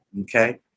okay